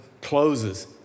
closes